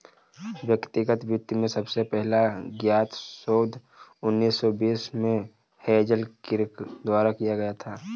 व्यक्तिगत वित्त में सबसे पहला ज्ञात शोध उन्नीस सौ बीस में हेज़ल किर्क द्वारा किया गया था